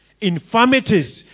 infirmities